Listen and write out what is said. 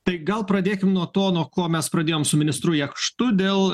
tai gal pradėkim nuo to nuo ko mes pradėjom su ministru jakštu dėl